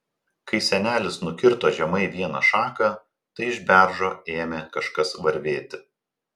kai senelis nukirto žemai vieną šaką tai iš beržo ėmė kažkas varvėti